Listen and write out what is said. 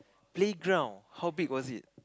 playground how big was it